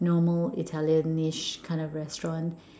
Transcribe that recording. normal Italianish kind of restaurant